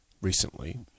recently